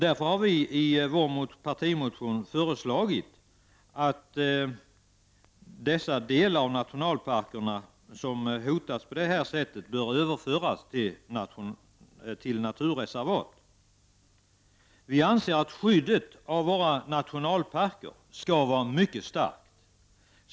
Därför har vi moderater i vår partimotion föreslagit att de delar av nationalparkerna som hotas på detta sätt i stället bör bli naturreservat. Vi anser att skyddet av våra nationalparker skall vara mycket starkt.